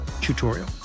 Tutorial